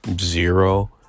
zero